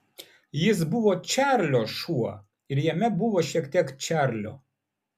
jis buvo čarlio šuo ir jame buvo šiek tiek čarlio